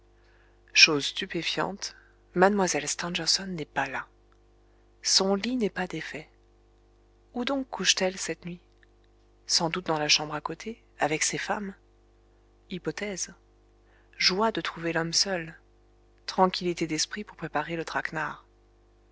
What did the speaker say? chose stupéfiante mlle stangerson n'est pas là son lit n'est pas défait où donc couche t elle cette nuit sans doute dans la chambre à côté avec ses femmes hypothèse joie de trouver l'homme seul tranquillité d'esprit pour préparer le traquenard